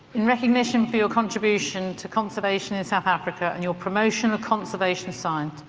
in recognition for your contribution to conservation in south africa and your promotion of conservation science,